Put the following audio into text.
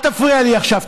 אל תפריע לי עכשיו.